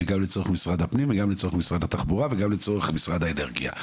וגם לצורך משרד הפנים וגם לצורך משרד התחבורה וגם לצורך משרד האנרגיה.